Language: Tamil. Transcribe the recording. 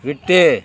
விட்டு